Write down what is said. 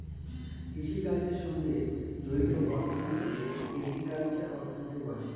কৃষিকাজের সঙ্গে জড়িত অর্থনীতিকে এগ্রিকালচারাল অর্থনীতি বলে